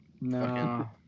No